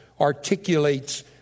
articulates